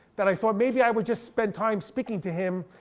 that i thought maybe i would just spend time speaking to him,